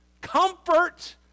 comfort